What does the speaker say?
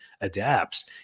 adapts